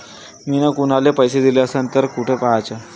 मिन कुनाले पैसे दिले असन तर कुठ पाहाचं?